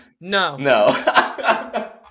no